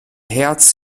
herz